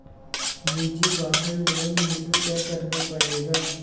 निजी वाहन लोन हेतु क्या करना पड़ेगा?